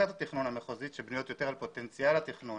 לשכת התכנון המחוזית שבנויות יותר על פוטנציאל התכנון